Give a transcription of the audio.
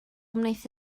wnaeth